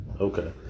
okay